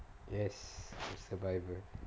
yes survivor